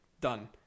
Done